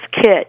kit